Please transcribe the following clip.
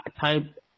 type